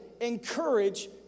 encourage